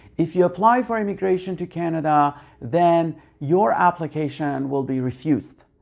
if you apply for immigration to canada then your application will be refused.